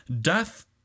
death